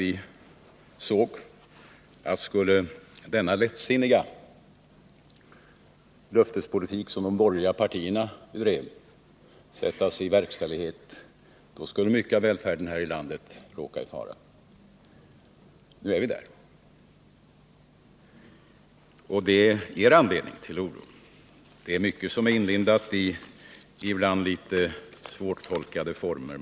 Vi såg att om den lättsinniga löftespolitik som de borgerliga partierna drev skulle sättas i verkställighet, då skulle mycket av välfärden här i landet råka i fara. Nu är vi där, och det ger anledning till oro. Det är mycket som är inlindat i litet svårtolkade termer.